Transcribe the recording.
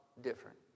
different